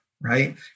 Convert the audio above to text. right